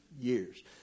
years